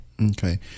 Okay